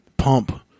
pump